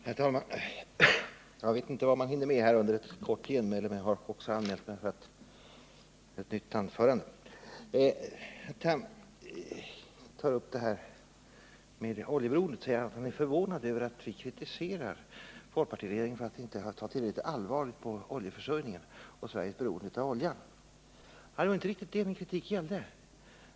Herr talman! Jag vet inte vad man hinner med under ett kort genmäle, men jag har ju också anmält mig för ett nytt anförande. Herr Tham tar upp oljeberoendet och säger att han är förvånad över att vi kritiserar folkpartiregeringen för att den inte har tagit oljeförsörjningen och Sveriges beroende av olja tillräckligt mycket på allvar. Det var inte riktigt det min kritik gällde.